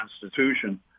Constitution